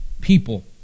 people